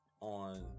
on